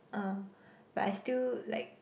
uh but I still like